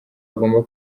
agomba